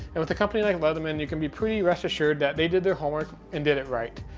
and with the company like leatherman, you can be pretty rest assured that they did their homework and did it right.